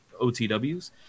OTWs